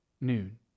noon